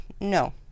no